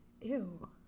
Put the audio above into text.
Ew